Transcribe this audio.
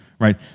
right